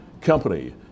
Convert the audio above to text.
company